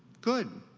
good.